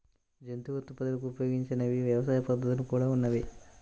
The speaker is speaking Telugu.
జంతు ఉత్పత్తులను ఉపయోగించని వ్యవసాయ పద్ధతులు కూడా ఉన్నాయి